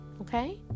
Okay